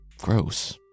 gross